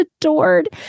adored